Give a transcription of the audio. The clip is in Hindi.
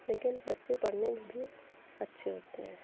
लेकिन बच्चे पढ़ने में भी अच्छे होते हैं